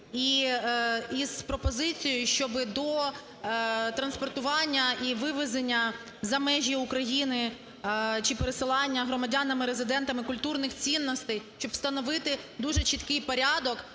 із пропозицією, щоби до транспортування і вивезення за межі України чи пересилання громадянами-резидентами культурних цінностей, щоб встановити дуже чіткий порядок,